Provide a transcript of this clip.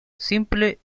simple